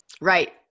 Right